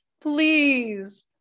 please